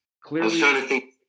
clearly